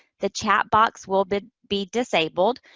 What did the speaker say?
the chat box will be be disabled.